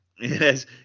Yes